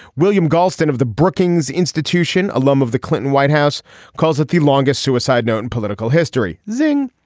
william galston of the brookings institution alum of the clinton white house calls it the longest suicide note in political history. zing.